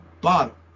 bottom